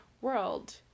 world